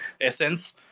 essence